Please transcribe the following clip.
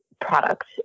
product